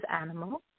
animal